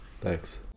thanks